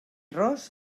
ros